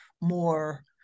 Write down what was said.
more